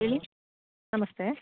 ಹೇಳಿ ನಮಸ್ತೆ